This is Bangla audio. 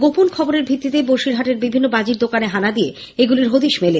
গোপন খবরের ভিত্তিতে বসিরহাটের বিভিন্ন বাজির দোকানে হানা দিয়ে এগুলির হদিশ মেলে